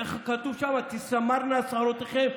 כתוב: תסמרנה שערותיכם,